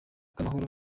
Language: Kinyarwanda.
bw’amahoro